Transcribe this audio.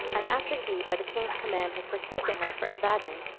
and after he, by the king's command, has forsaken her for evadne,